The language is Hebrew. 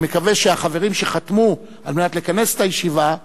אני מקווה שהחברים שחתמו על מנת לכנס את הישיבה,